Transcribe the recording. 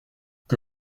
que